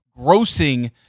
grossing